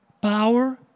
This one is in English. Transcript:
power